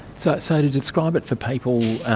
so so to describe it for people,